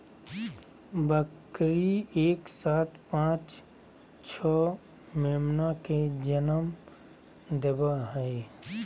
बकरी एक साथ पांच छो मेमना के जनम देवई हई